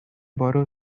borrow